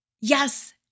yes